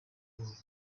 buhoro